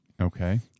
Okay